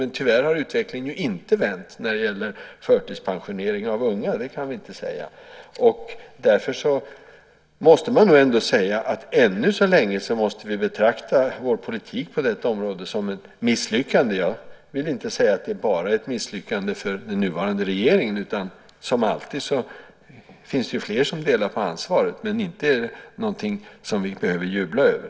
Men tyvärr har utvecklingen inte vänt när det gäller förtidspensioneringen av unga - det kan vi inte säga. Därför måste man nog säga att vi än så länge måste betrakta vår politik på detta område som ett misslyckande. Jag vill inte säga att det är ett misslyckande bara för den nuvarande regeringen, utan som alltid finns det fler som delar på ansvaret. Men inte är det här något som vi behöver jubla över.